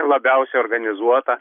labiausiai organizuota